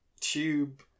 tube